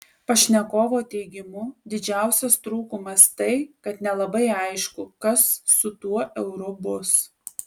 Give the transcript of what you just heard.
pašnekovo teigimu didžiausias trūkumas tai kad nelabai aišku kas su tuo euru bus